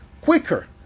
quicker